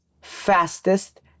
fastest